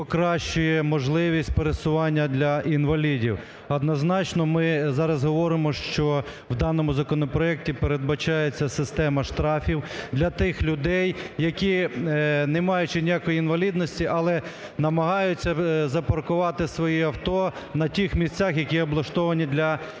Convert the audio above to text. покращує можливість пересування для інвалідів. Однозначно ми зараз говоримо, що в даному законопроекті передбачається система штрафів для тих людей, які не маючи ніякої інвалідності, але намагаються запаркувати свої авто на тих місцях, які облаштовані для інвалідів.